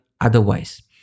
otherwise